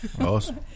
Awesome